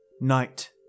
Night